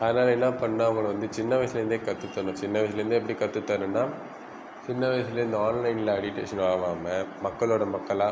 அதனால என்ன பண்ணிணோம் அவங்களை வந்து சின்ன வயசில் இருந்தே கற்றுத்தரனும் சின்ன வயசுலே இருந்தே எப்படி கற்று தரணுனா சின்ன வயசில் இந்த ஆன்லைனில் அடிக்டேஷன் ஆகாமல் மக்களோடய மக்களாக